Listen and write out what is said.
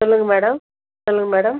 சொல்லுங்கள் மேடம் சொல்லுங்கள் மேடம்